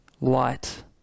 light